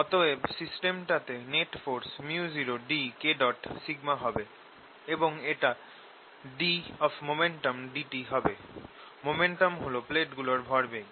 অতএব সিস্টেমটাতে net force µ0 dK হবে এবং এটা ddt হবে Momentum হল প্লেটগুলোর ভরবেগ